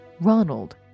Ronald